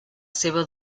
seva